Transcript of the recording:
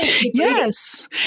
yes